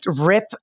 rip